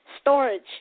storage